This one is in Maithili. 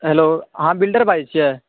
हेल्लो अहाँ बिल्डर बाजै छियै